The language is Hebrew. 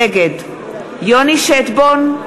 נגד יוני שטבון,